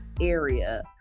area